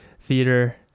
theater